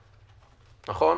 נכון?